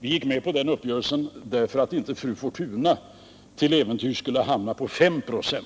Vi gick med på den uppgörelsen för att undvika att fru Fortuna till äventyrs skulle ha gjort att den hamnade på 5 96.